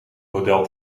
model